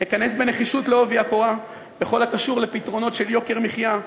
אכנס בנחישות בעובי הקורה בכל הקשור לפתרונות של יוקר מחיה,